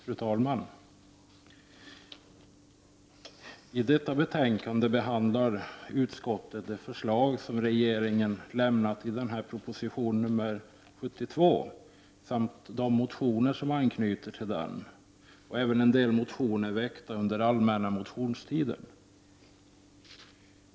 Fru talman! I detta betänkande behandlar utskottet det förslag som regeringen har lämnat i proposition nr 72, de motioner som anknyter till propositionen samt en del motioner väckta under den allmänna motionstiden.